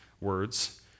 words